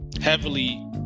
heavily